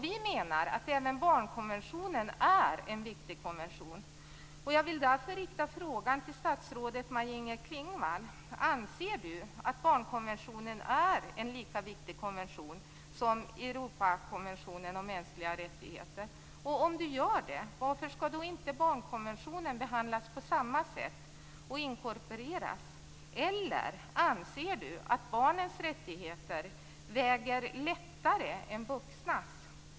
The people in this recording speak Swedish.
Vi menar att även barnkonventionen är en viktig konvention. Jag vill därför rikta frågan till statsrådet Maj-Inger Klingvall: Anser statsrådet att barnkonventionen är en lika viktig konvention som Europakonventionen om mänskliga rättigheter? Om statsrådet gör det, varför skall inte barnkonventionen behandlas på samma sätt och inkorporeras? Eller anser statsrådet att barnens rättigheter väger lättare än vuxnas?